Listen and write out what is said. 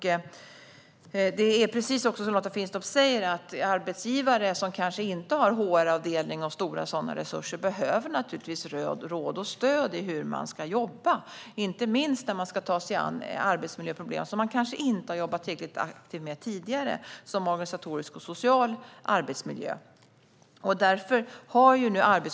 Det är precis som Lotta Finstorp säger att de arbetsgivare som kanske inte har HR-avdelningar och stora sådana resurser naturligtvis behöver råd och stöd i hur man ska jobba, inte minst när man ska ta sig an arbetsmiljöproblem, som organisatorisk och social arbetsmiljö, som man kanske inte har jobbat tillräckligt aktivt med tidigare.